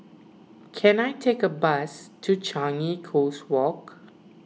can I take a bus to Changi Coast Walk